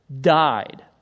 died